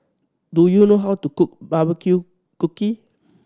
do you know how to cook barbecue cookie